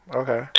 okay